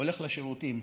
הולך לשירותים.